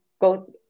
go